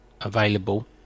available